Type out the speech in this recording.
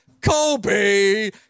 Kobe